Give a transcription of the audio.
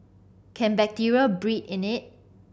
can bacteria breed in it